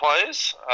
players